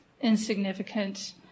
insignificant